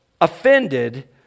offended